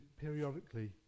periodically